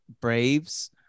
Braves